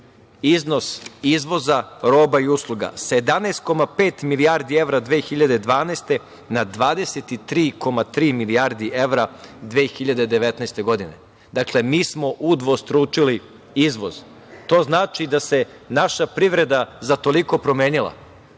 iznos izvoza roba i usluga. Godine 2012. 17,5 milijardi evra, na 23,3 milijardi evra 2019. godine. Dakle, mi smo udvostručili izvoz. To znači da se naša privreda za toliko promenila.